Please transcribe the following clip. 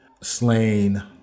slain